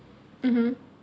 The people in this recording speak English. mmhmm